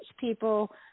people